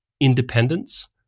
independence